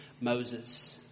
Moses